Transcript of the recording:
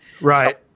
Right